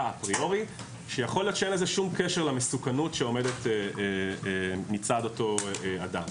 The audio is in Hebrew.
אפריורי שיכול להיות שאין לזה שום קשר למסוכנות שעומדת מצד אותו אדם.